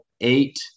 eight